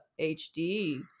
hd